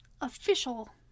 official